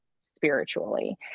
spiritually